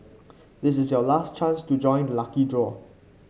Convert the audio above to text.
this is your last chance to join the lucky draw